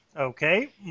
Okay